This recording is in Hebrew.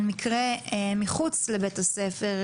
המקרה שלו אירע מחוץ לבית הספר,